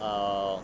um